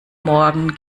morgen